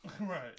right